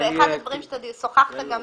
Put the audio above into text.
אחד הדברים שאתה שוחחת עם